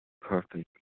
perfect